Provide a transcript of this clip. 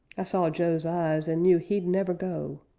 i saw joe's eyes, and knew he'd never go.